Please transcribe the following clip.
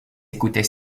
écoutait